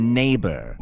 neighbor